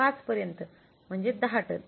5 पर्यंत म्हणजे 10 टन